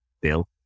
bill